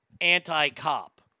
anti-cop